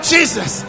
Jesus